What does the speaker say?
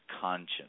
conscience